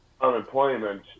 unemployment